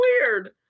weird